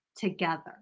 Together